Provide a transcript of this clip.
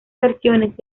versiones